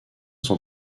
son